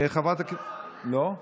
לא.